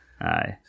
aye